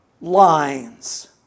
lines